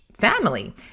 family